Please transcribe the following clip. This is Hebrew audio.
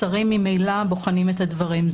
השרים ממילא בוחנים את הדברים.